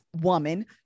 Woman